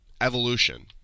evolution